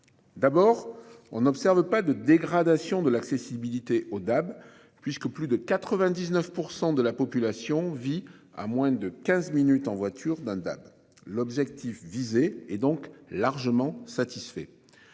D'abord on n'observe pas de dégradation de l'accessibilité Audab puisque plus de 99% de la population vit à moins de 15 minutes en voiture d'un DAB. L'objectif visé est donc largement satisfait.